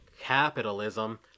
Capitalism